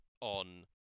on